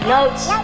Notes